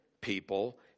people